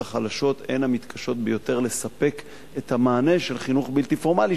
החלשות הן המתקשות ביותר לספק את המענה של חינוך בלתי פורמלי,